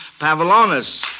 Pavilonis